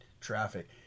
traffic